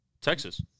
Texas